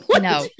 no